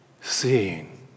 seeing